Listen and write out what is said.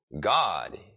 God